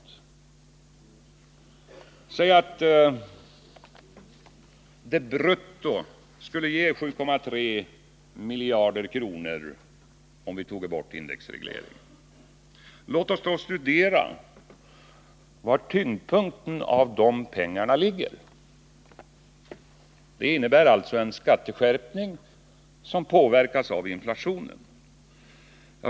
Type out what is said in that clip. Låt oss säga att det brutto skulle ge 7,3 miljarder om vi tog bort indexregleringen. Låt oss då studera var tyngdpunkten av de pengarna ligger — de innebär ju en skatteskärpning som påverkas av inflationen.